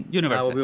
universe